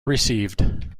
received